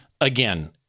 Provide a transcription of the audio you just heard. again